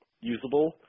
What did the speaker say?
usable